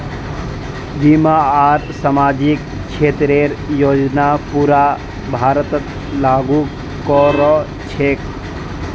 बीमा आर सामाजिक क्षेतरेर योजना पूरा भारतत लागू क र छेक